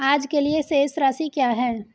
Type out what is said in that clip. आज के लिए शेष राशि क्या है?